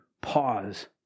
pause